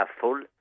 full